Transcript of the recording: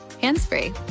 hands-free